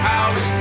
House